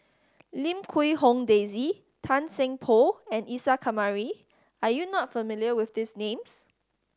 Lim Quee Hong Daisy Tan Seng Poh and Isa Kamari are you not familiar with these names